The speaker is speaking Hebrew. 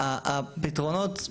הפתרונות,